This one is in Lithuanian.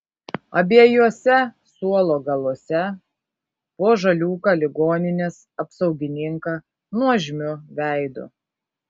abiejuose suolo galuose po žaliūką ligoninės apsaugininką nuožmiu veidu